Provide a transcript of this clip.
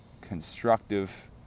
constructive